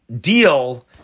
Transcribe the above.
deal